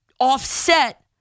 offset